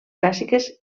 clàssiques